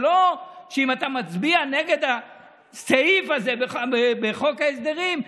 ולא על זה שאם אתה מצביע נגד הסעיף הזה בחוק ההסדרים,